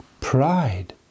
pride